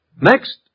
Next